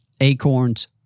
acorns